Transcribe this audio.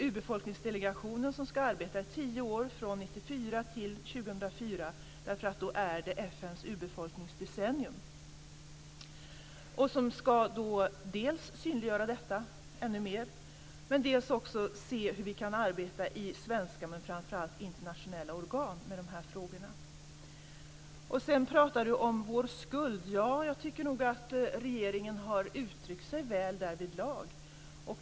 Urbefolkningsdelegationen ska arbeta i tio år, från 1994 till 2004. Då är det nämligen FN:s urbefolkningsdecennium. Delegationen ska synliggöra detta ännu mer. Men man ska också se hur vi kan arbeta i svenska men framför allt i internationella organ med de här frågorna. Sedan pratade Ewa Larsson om vår skuld. Jag tycker nog att regeringen har uttryckt sig väl därvidlag.